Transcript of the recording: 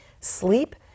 sleep